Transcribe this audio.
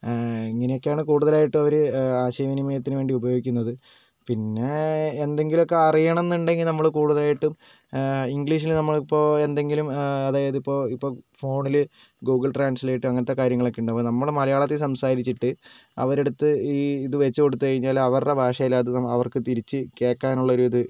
ഇങ്ങനെയൊക്കെയാണ് കൂടുതലായിട്ടും അവർ ആശയവിനിമയത്തിന് വേണ്ടി ഉപയോഗിക്കുന്നത് പിന്നെ എന്തെങ്കിലുമൊക്കെ അറിയണമെന്നുണ്ടെങ്കിൽ നമ്മൾ കൂടുതലായിട്ടും ഇംഗ്ലീഷിൽ നമ്മളിപ്പോൾ എന്തെങ്കിലും അതായതിപ്പോൾ ഇപ്പോൾ ഫോണിൽ ഗൂഗിൾ ട്രാൻസ്ലേറ്റോ അങ്ങനത്തെ കാര്യങ്ങൾ ഒക്കെയുണ്ടാവും അപ്പോൾ നമ്മൾ മലയാളത്തിൽ സംസാരിച്ചിട്ട് അവരുടെ അടുത്ത് ഈ ഇത് വെച്ചുകൊടുത്തുകഴിഞ്ഞാൽ അവരുടെ ഭാഷയിൽ അവർക്ക് തിരിച്ച് കേൾക്കാനുള്ള ഒരു ഇത്